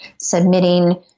submitting